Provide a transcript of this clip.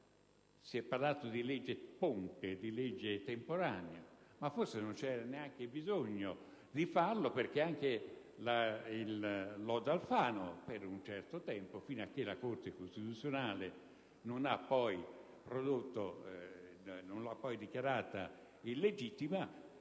Si è parlato di legge ponte, temporanea, ma forse non c'era neanche bisogno di farlo, perché anche il lodo Alfano valeva per un certo tempo, fino a che la Corte costituzionale non l'ha poi dichiarato illegittimo,